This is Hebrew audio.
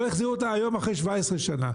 לא החזירו אותה היום אחרי 17 שנים.